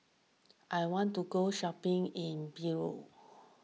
I want to go shopping in Beirut